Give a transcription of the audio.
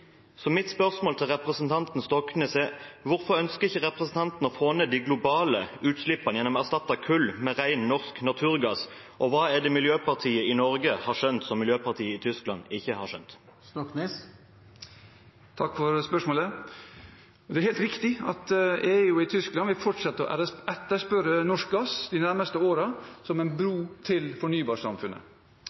Mitt spørsmål til representanten Stoknes er: Hvorfor ønsker ikke representanten å få ned de globale utslippene gjennom å erstatte kull med ren norsk naturgass, og hva er det Miljøpartiet i Norge har skjønt som Miljøpartiet i Tyskland ikke har skjønt? Takk for spørsmålet. Det er helt riktig at EU og Tyskland vil fortsette å etterspørre norsk gass de nærmeste årene, som en bro til fornybarsamfunnet.